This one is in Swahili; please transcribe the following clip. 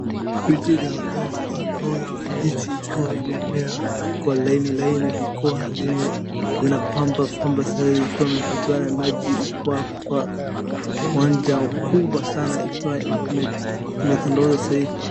Miti ambayo ni ya migomba ya ndizi ikiwa imemea kwa laini laini zikiwa zinapambapamba sahii ikiwa imepatiwa na maji kwa uwanja mkubwa sana ikiwa imetandazwa sahii.